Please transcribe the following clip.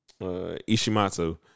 Ishimatsu